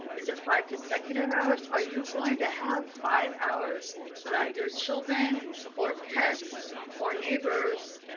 is it five consecutive hours? are you going to have five hours without your children or pets or neighbors?